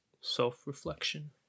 Self-reflection